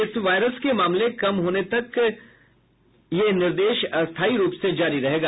इस वायरस के मामले कम होने तक यह निर्देश अस्थायी रूप से जारी रहेगा